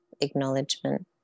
acknowledgement